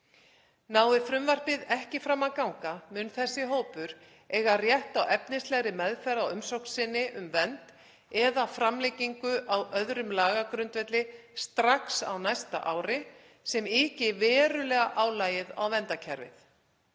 Nái frumvarpið ekki fram að ganga mun þessi hópur eiga rétt á efnislegri meðferð á umsókn sinn um vernd eða framlengingu á öðrum lagagrundvelli strax á næsta ári, sem yki verulega álag á verndarkerfið.